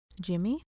Jimmy